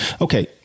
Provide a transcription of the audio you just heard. Okay